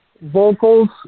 vocals